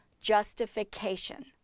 justification